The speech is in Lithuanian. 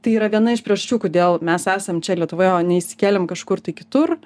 tai yra viena iš priežasčių kodėl mes esam čia lietuvoje o ne išsikėlėm kažkur tai kitur